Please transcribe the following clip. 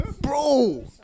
Bro